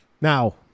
now